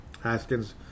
Haskins